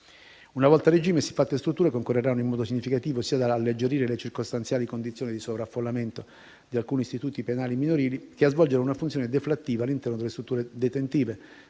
Una volta a regime, siffatte strutture concorreranno in modo significativo sia ad alleggerire le circostanziali condizioni di sovraffollamento di alcuni istituti penali minorili, sia a svolgere una funzione deflattiva all'interno delle strutture detentive,